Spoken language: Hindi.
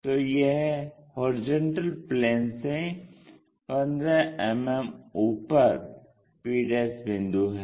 तो यह HP से 15 मिमी ऊपर p बिंदु है